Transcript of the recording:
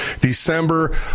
December